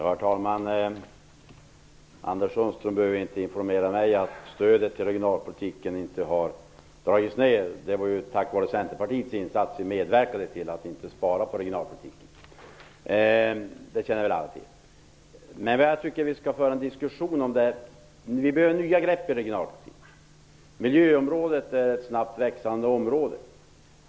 Herr talman! Anders Sundström behöver inte informera mig om att stödet till regionalpolitiken inte har dragits ned. Det var ju Centerpartiet som medverkade till att det inte skulle sparas på regionalpolitiken. Men vad jag tycker att vi skall föra en diskussion om det är att det behövs nya grepp inom regionalpolitiken. Miljöområdet är ett snabbt växande område.